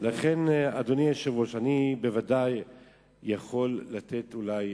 לכן, אדוני היושב-ראש, אני בוודאי יכול לתת אולי